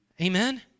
Amen